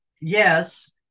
yes